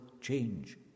change